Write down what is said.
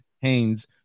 Haynes